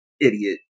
idiot